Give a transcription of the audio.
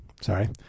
Sorry